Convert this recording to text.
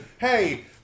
hey